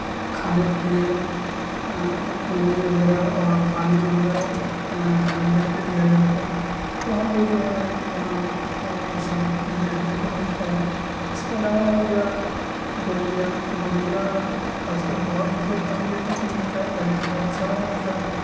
खाने के लिए अगर कुन्नी वग़ैरह और पानी वग़ैरह टाइम टाइम पर दिया जाता है तो हमलोग जो है यहाँ वह सब देखने को मिलता है इसके अलावा हो गया गौरैया गौरैया आजकल बहुत इधर कम देखने को मिलती है पहले बहुत सारी मिलती थी